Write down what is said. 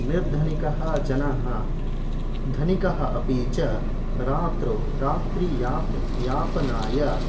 निर्धनिकः जनः धनिकः अपि च रात्रौ रात्रियापनं यापनाय